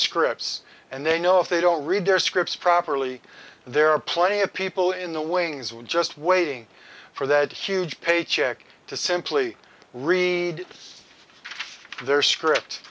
scripts and they know if they don't read their scripts properly there are plenty of people in the wings were just waiting for that huge paycheck to simply read their script